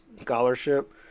scholarship